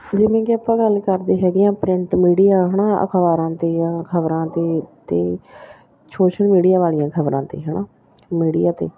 ਜਿਵੇਂ ਕਿ ਆਪਾਂ ਗੱਲ ਕਰਦੇ ਹੈਗੇ ਹਾਂ ਪ੍ਰਿੰਟ ਮੀਡੀਆ ਹੈ ਨਾ ਅਖਬਾਰਾਂ 'ਤੇ ਜਾਂ ਖ਼ਬਰਾਂ 'ਤੇ ਅਤੇ ਸੋਸ਼ਲ ਮੀਡੀਆ ਵਾਲੀਆਂ ਖ਼ਬਰਾਂ 'ਤੇ ਹੈ ਨਾ ਮੀਡੀਆ 'ਤੇ